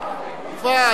נוכח, למה לא נוכח?